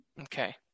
Okay